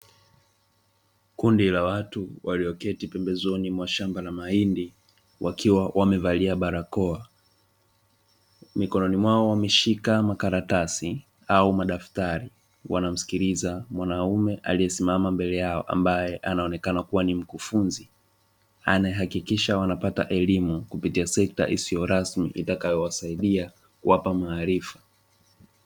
Kundi la watu walioketi pembezoni mwa shamba la mahindi wakiwa wamevalia barakoa, mikononi mwao wameshika makaratasi au madaftari wanamsikiliza mwanamume aliyesimama mbele yao ambaye anaonekana kuwa ni mkufunzi anayehakikisha wanapata elimu kupitia sekta isiyo rasmi itakayowasaidia kuwapa maarifa.